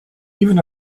even